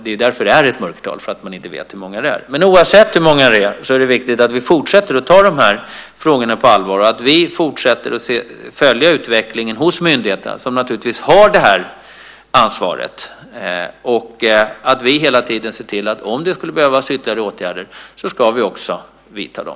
Det är ett mörkertal, eftersom man inte vet hur många det är. Men oavsett hur många det är så är det viktigt att vi fortsätter att ta de här frågorna på allvar, att vi fortsätter att följa utvecklingen hos myndigheterna som har det här ansvaret och att vi hela tiden ser till att om det skulle behövas ytterligare åtgärder vi också vidtar dem.